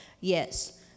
Yes